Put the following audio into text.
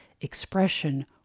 expression